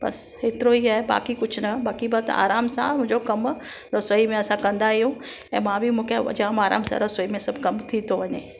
बसि एतिरो ई आहे बाक़ी कुझु न बाक़ी ॿियो त आराम सां मुंहिंजो कमु रसोईअ में असां कंदा आहियूं ऐं मां बि मूंखे जाम आराम सां रसोई में सभु कमु थी थो वञे